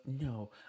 no